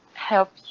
Help